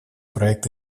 проект